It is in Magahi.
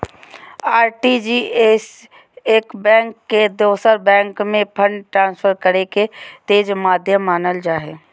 आर.टी.जी.एस एक बैंक से दोसर बैंक में फंड ट्रांसफर करे के तेज माध्यम मानल जा हय